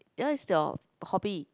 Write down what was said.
what is your hobby